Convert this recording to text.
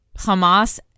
Hamas